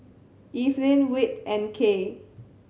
Evelin Whit and Kaye